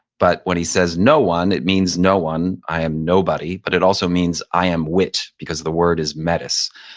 but when he says no one, it means, no one. i am nobody. but it also means i am wit because the word is metis.